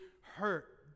hurt